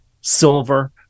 silver